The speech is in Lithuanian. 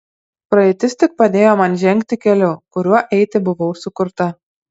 praeitis tik padėjo man žengti keliu kuriuo eiti buvau sukurta